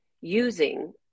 using